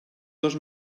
dos